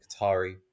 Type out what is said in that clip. Qatari